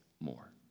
more